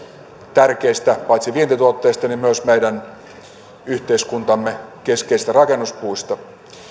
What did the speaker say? tärkeistä vientituotteista myös meidän yhteiskuntamme keskeisistä rakennuspuista